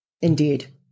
indeed